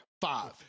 five